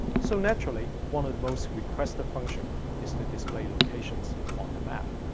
so naturally one of the most requested functions is to display locations on the map.